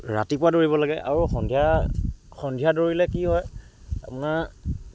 ৰাতিপুৱা দৌৰিব লাগে আৰু সন্ধিয়া সন্ধিয়া দৌৰিলে কি হয় আপোনাৰ